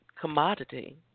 commodity